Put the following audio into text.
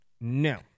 No